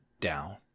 down